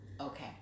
Okay